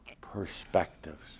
perspectives